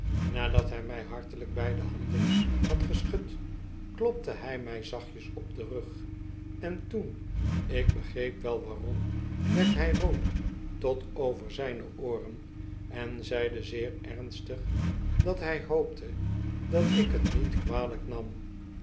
nadat hi mij hartelyk beidehandenhadgeschud klopte hj my zachtjes op den rug en toen ik begreep wel waarom werd hy rood tot over zyne ooren en zeide zeer ernstig dat hy hoopte dat ik het niet kwalyk nam